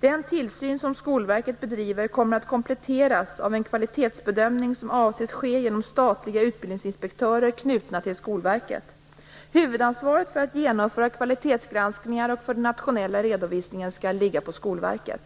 Den tillsyn som Skolverket bedriver kommer att kompletteras av en kvalitetsbedömning som avses ske genom statliga utbildningsinspektörer knutna till Skolverket. Huvudansvaret för att genomföra kvalitetsgranskningar och för den nationella redovisningen skall ligga på Skolverket.